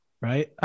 right